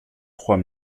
trois